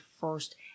first